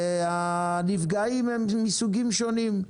הנפגעים הם מסוגים שונים,